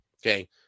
Okay